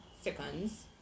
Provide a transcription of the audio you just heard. seconds